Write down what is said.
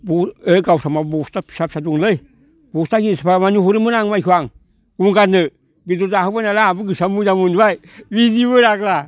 ओइ गावस्रा माबा बस्था फिसा फिसा दंलै बस्था हिसाब माने हरोमोन आं माइखौ आं गंगारनो बेदर जाहोबाय नालाय आंहाबो गोसोआ मोजां मोनबाय बिदिमोन आगोलो